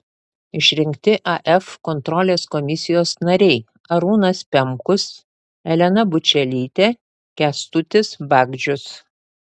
išrinkti af kontrolės komisijos nariai arūnas pemkus elena bučelytė kęstutis bagdžius